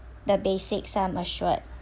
the basic sum assured